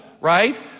right